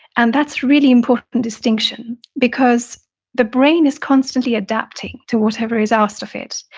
and that's really important and distinction because the brain is constantly adapting to whatever is asked of it.